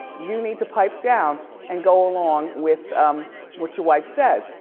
you need to pipe down and go along with what your wife says.